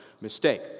mistake